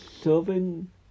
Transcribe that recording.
serving